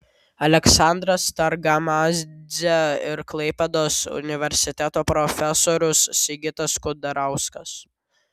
aleksandras targamadzė ir klaipėdos universiteto profesorius sigitas kudarauskas